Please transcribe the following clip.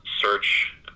search